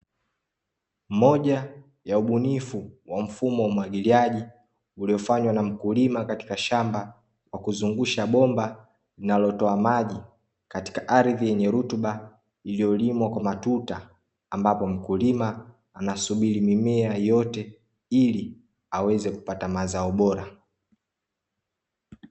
Moja ya ubunifu wa mfumo wa umwagiliaji, uliofanywa na mkulima katika shamba, kwa kuzungusha bomba linalotoa maji katika aridhi yenye rutuba, iliyolimwa kwa matuta, ambapo mkulima anasubiri mimea iote ili aweze kupata mazao bora.